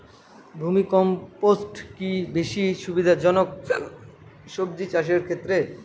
Vermi compost কি বেশী সুবিধা জনক সবজি চাষের ক্ষেত্রে?